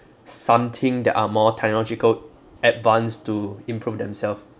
something that are more technological advanced to improve themselves